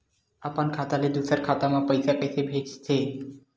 अपन खाता ले दुसर के खाता मा पईसा कइसे भेजथे?